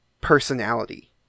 personality